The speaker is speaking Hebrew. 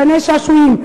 גני שעשועים,